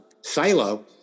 silo